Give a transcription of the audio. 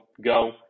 go